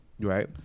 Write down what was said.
right